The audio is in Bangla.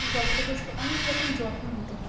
গবাদি পশুর অনেক রকম যত্ন নিতে হয়